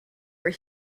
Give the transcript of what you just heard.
were